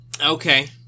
Okay